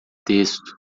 texto